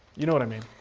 you know what i mean.